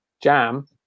jam